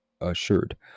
assured